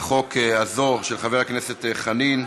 החוק הזו, של חבר הכנסת חנין,